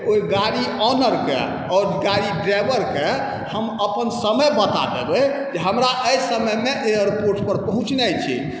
ओहि गाड़ी ऑनरके आओर गाड़ी ड्राइवरके हम अपन समय बता देबै जे हमरा एहि समयमे एयरपोर्टपर पहुँचनाइ छै